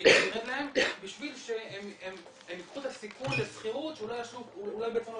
ושהכדאיות תרד להם בשביל שהם ייקחו את הסיכון לשכירות שאולי בעצם לא